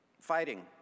fighting